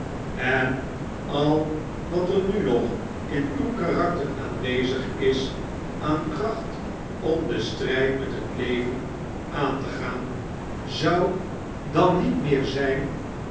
en al wat er nu nog in uw karakter aanwezig is aan kracht om den stryd met het leven aan te gaan zou dan met meer zyn